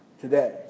today